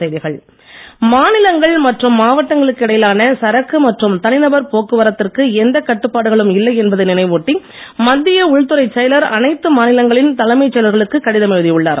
தளர்வு மாநிலங்கள் மற்றும் மாவட்டங்களுக்கு இடையிலான சரக்கு மற்றும் தனிநபர் போக்குவரத்திற்கு எந்த கட்டுப்பாடுகளும் இல்லை என்பதை நினைவூட்டி மத்திய உள்துறை செயலர் அனைத்து மாநிலங்களின் தலைமைச் செயலர்களுக்கு கடிதம் எழுதி உள்ளார்